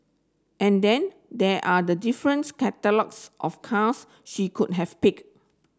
and then there are the difference of cars she could have picked